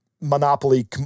monopoly